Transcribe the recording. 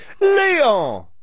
Leon